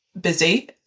busy